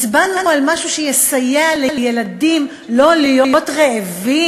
הצבענו על משהו שיסייע לילדים לא להיות רעבים?